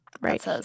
Right